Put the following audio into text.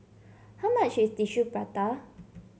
how much is Tissue Prata